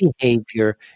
behavior